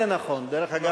גם זה נכון, דרך אגב.